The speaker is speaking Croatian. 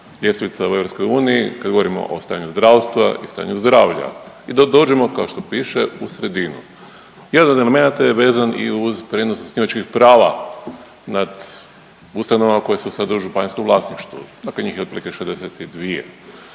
ljestvica u EU kad govorimo o stanju zdravstva i stanju zdravlja i dođemo kao što piše u sredinu. Jedan od elemenata je vezan i uz prijenos zasnivačkih prava nad ustanovama koje su sada u županijskom vlasništvu, dakle njih je otprilike 62,